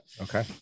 okay